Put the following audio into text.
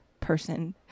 person